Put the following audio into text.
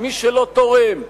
מי שלא תורם,